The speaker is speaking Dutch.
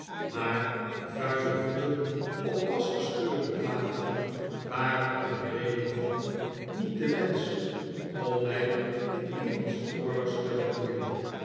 maar vuile voeten op pas geschuurde platen waren er de reden van niet de wensch om mg met iemands orders te bemoeien